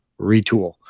retool